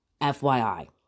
FYI